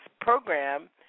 program